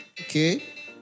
Okay